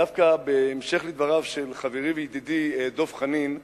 דווקא בהמשך לדבריו של חברי וידידי דב חנין,